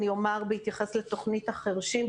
בהתייחס לתוכנית החרשים,